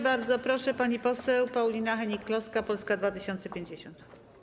Bardzo proszę, pani poseł Paulina Hennig-Kloska, Polska 2050.